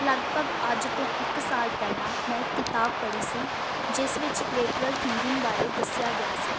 ਲਗਭਗ ਅੱਜ ਤੋਂ ਇੱਕ ਸਾਲ ਪਹਿਲਾਂ ਮੈਂ ਕਿਤਾਬ ਪੜ੍ਹੀ ਸੀ ਜਿਸ ਵਿੱਚ ਲਿਟਰਲ ਥਿੰਕਿੰਗ ਬਾਰੇ ਦੱਸਿਆ ਗਿਆ ਸੀ